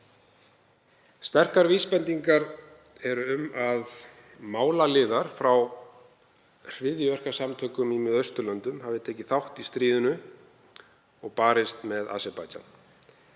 Sterkar vísbendingar eru um að málaliðar úr hryðjuverkasamtökum í Miðausturlöndum hafi tekið þátt í stríðinu og barist með Aserbaídsjan.